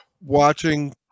watching